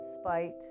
spite